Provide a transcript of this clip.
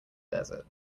desert